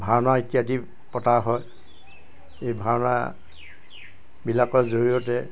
ভাওনা ইত্যাদি পতা হয় এই ভাওনাবিলাকৰ জৰিয়তে